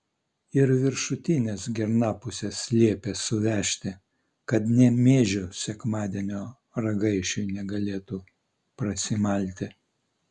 ir viršutines girnapuses liepė suvežti kad nė miežių sekmadienio ragaišiui negalėtų prasimalti